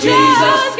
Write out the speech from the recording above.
Jesus